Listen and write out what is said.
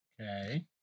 Okay